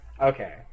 Okay